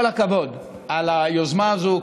כל הכבוד על היוזמה הזו,